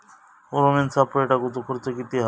Pheromone सापळे टाकूचो खर्च किती हा?